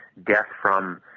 death from,